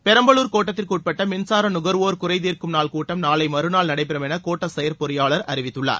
பெரம்பலூர் கோட்டத்திற்கு உட்பட்ட மின்சார நுகர்வோர் குறை தீர்க்கும் நாள் கூட்டம் நாளை மறுநாள் நடைபெறும் என கோட்ட செயற் பொறியாளர் அறிவித்துள்ளார்